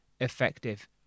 effective